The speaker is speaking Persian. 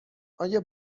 آیا